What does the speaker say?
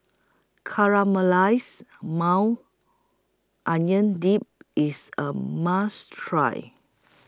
Caramelized Maui Onion Dip IS A must Try